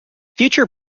future